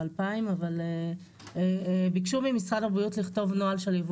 אבל ביקשו ממשרד הבריאות לכתוב נוהל של יבוא